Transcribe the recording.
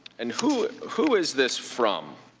and who who is this from?